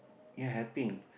you're helping